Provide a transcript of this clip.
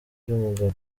ry’umugabo